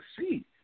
see